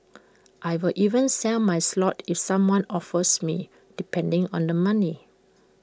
I will even sell my slot if someone offers me depending on the money